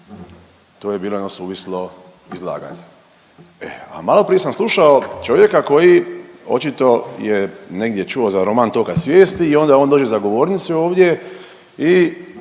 To je bilo jedno suvislo izlaganje. E, a maloprije sam slušao čovjeka koji očito je negdje čuo za roman Toka svijesti i onda on dođe za govornicu ovdje i